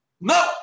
No